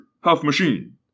half-machine